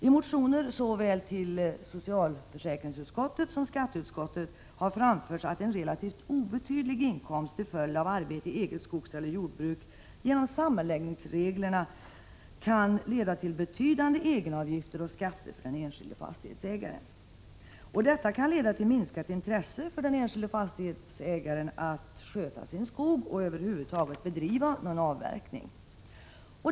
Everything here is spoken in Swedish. I motioner till såväl socialförsäkringsutskottet som skatteutskottet har framförts att en relativt obetydlig inkomst till följd av arbete i eget skogseller jordbruk genom sammanläggningsreglerna kan leda till betydande egenavgifter och skatter för den enskilde fastighetsägaren. Detta kan leda till minskat intresse för den enskilde fastighetsägaren att sköta sin skog och över huvud taget bedriva avverkning.